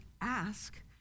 Ask